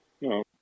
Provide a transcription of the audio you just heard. no